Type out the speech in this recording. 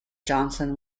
johnson